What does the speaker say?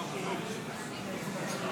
מה זה,